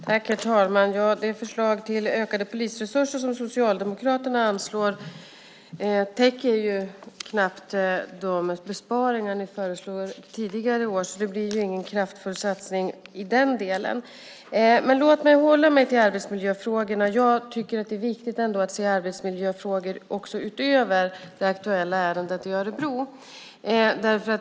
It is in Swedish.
Herr talman! Det förslag till ökade polisresurser som Socialdemokraterna lagt fram täcker ju knappt de besparingar ni föreslog tidigare år, så det blir ju ingen kraftfull satsning i den delen. Men låt mig hålla mig till arbetsmiljöfrågorna. Jag tycker att det är viktigt att se arbetsmiljöfrågor också utöver det aktuella ärendet i Örebro.